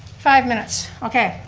five minutes, okay,